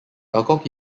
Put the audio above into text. alcock